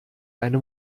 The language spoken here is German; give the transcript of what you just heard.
eine